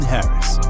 Harris